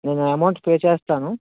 నేను amount pay చేస్తాను